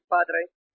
Padre